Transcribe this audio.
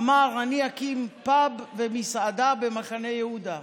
אמר: אני אקים פאב ומסעדה במחנה יהודה.